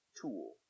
tool